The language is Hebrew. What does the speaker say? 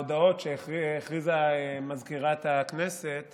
להודעות שהודיעה מזכירת הכנסת